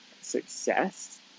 success